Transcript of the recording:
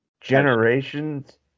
Generations